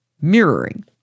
mirroring